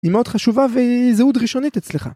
היא מאוד חשובה והיא זהות ראשונית אצלך.